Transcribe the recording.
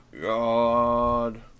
god